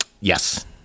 Yes